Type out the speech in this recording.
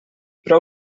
prou